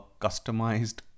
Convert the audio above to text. customized